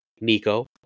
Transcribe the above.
Nico